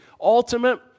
ultimate